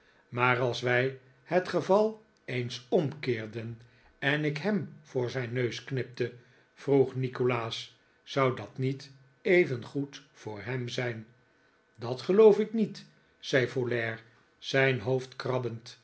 maar als wij het geval eens omkeerden en ik hem voor zijn neus knipte vroeg nikolaas zou dat niet even goed voor hem zijn dat geloof ik niet zei folair zijn hoofd krabbend